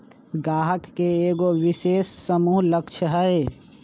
गाहक के एगो विशेष समूह लक्ष हई